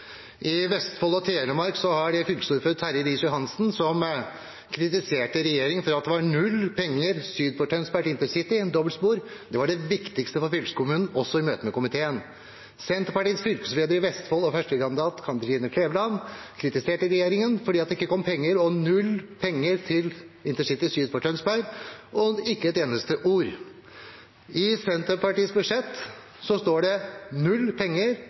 I Vestfold og Telemark har de fylkesordfører Terje Riis-Johansen, som kritiserte regjeringen for at det var null penger til intercity dobbeltspor syd for Tønsberg. Det var det viktigste for fylkeskommunen, også i møte med komiteen. Senterpartiets fylkesleder i Vestfold og førstekandidat, Kathrine Kleveland, kritiserte regjeringen fordi det ikke kom penger, null penger, til intercity syd for Tønsberg, og ikke et eneste ord. I Senterpartiets budsjett er det null penger